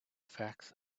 facts